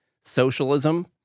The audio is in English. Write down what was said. socialism